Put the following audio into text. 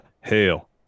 hail